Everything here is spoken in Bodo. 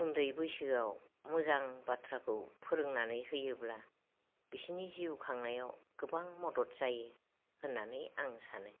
उन्दै बैसोआव मोजां बाथ्राखौ फोरोंनानै होयोब्ला बिसोरनि जिउ खांनायाव गोबां मदद जायो होननानै आं सानो